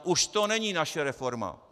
Už to není naše reforma.